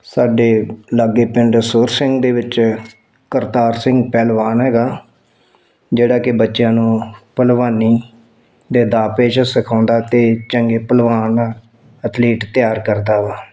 ਸਾਡੇ ਲਾਗੇ ਪਿੰਡ ਸੁਰ ਸਿੰਘ ਦੇ ਵਿੱਚ ਕਰਤਾਰ ਸਿੰਘ ਪਹਿਲਵਾਨ ਹੈਗਾ ਜਿਹੜਾ ਕਿ ਬੱਚਿਆਂ ਨੂੰ ਭਲਵਾਨੀ ਦੇ ਦਾਅ ਪੇਚ ਸਿਖਾਉਂਦਾ ਅਤੇ ਚੰਗੇ ਭਲਵਾਨ ਅਥਲੀਟ ਤਿਆਰ ਕਰਦਾ ਵਾ